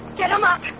get him up!